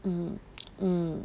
mm mm